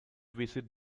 visit